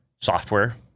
software